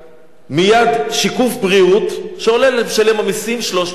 מייד שיקוף ריאות, שעולה למשלם המסים 300 שקלים.